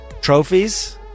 trophies